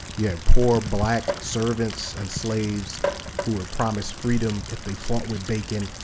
yeah poor black servants and slaves who were promised freedom if they fought with bacon.